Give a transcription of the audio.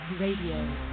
Radio